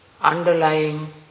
underlying